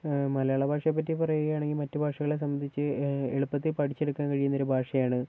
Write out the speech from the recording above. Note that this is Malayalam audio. മലയാള ഭാഷയെപ്പറ്റി പറയുകയാണെങ്കിൽ മറ്റു ഭാഷകളെ സംബന്ധിച്ച് എളുപ്പത്തിൽ പഠിച്ചെടുക്കാൻ കഴിയുന്നൊരു ഭാഷയാണ്